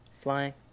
Flying